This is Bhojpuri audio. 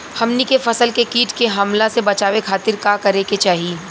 हमनी के फसल के कीट के हमला से बचावे खातिर का करे के चाहीं?